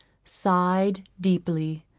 sighed deeply,